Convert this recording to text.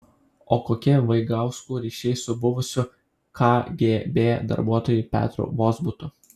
o kokie vaigauskų ryšiai su buvusiu kgb darbuotoju petru vozbutu